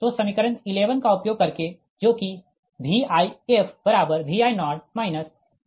तो समीकरण 11 का उपयोग करके जो कि VifVi0 ZirZrrZfVr0 है